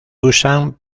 usan